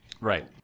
Right